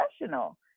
professional